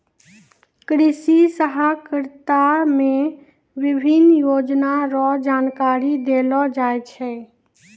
कृषि सहकारिता मे विभिन्न योजना रो जानकारी देलो जाय छै